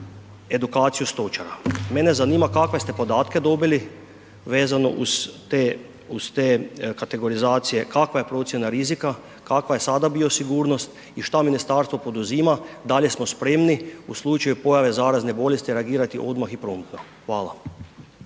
edukaciju stočara. Mene zanima kakve ste podatke dobili vezano uz te kategorizacije, kakva je procjena rizika, kakva je sada bio sigurnost i šta ministarstvo poduzima, da li smo spremni u slučaju pojave zarazne bolesti reagirati odmah i promptno? Hvala.